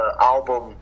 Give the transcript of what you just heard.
album